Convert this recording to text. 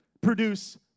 produce